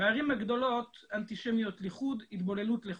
בערים הגדולות אנטישמיות לחוד, התבוללות לחוד.